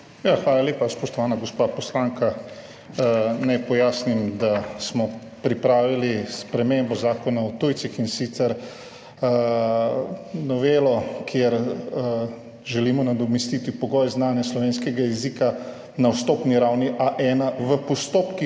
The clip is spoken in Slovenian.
Hvala lepa, spoštovana gospa poslanka. Naj pojasnim, da smo pripravili spremembo Zakona o tujcih, in sicer novelo, kjer želimo nadomestiti pogoj znanja slovenskega jezika na vstopni ravni A1 v postopkih